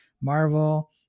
Marvel